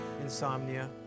insomnia